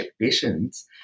patients